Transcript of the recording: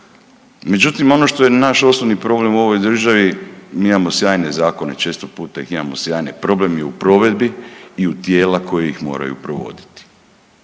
Međutim, ono što je naš osnovni problem u ovoj državi, mi imamo sjajne zakone, često puta ih imamo sjajne, problem je u provedbi i u tijela koja ih moraju provoditi.